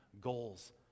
goals